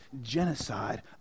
genocide